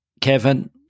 Kevin